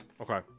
Okay